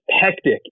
hectic